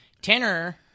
Tanner